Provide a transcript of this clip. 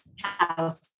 house